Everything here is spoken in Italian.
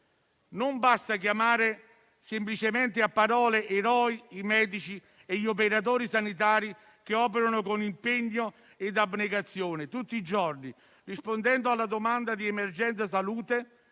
Non basta chiamare semplicemente a parole "eroi" i medici e gli operatori sanitari che operano con impegno ed abnegazione tutti i giorni, rispondendo alla domanda di emergenza salute,